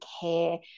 care